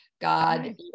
god